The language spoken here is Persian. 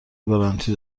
گارانتی